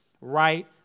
right